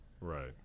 Right